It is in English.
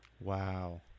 Wow